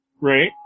Right